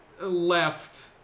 left